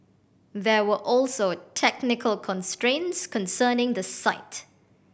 there were also technical constraints concerning the site